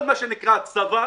כל מה שנקרא צבא